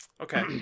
Okay